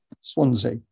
Swansea